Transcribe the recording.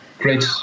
Great